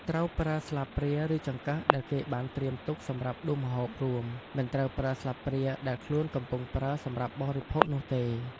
ត្រូវប្រើស្លាបព្រា ឬចង្កឹះដែលគេបានត្រៀមទុកសម្រាប់ដួសម្ហូបរួម មិនត្រូវប្រើស្លាបព្រាដែលខ្លួនកំពុងប្រើសម្រាប់បរិភោគនោះទេ។